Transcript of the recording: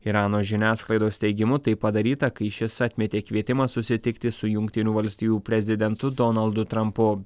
irano žiniasklaidos teigimu tai padaryta kai šis atmetė kvietimą susitikti su jungtinių valstijų prezidentu donaldu trampu